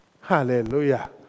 Hallelujah